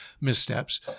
missteps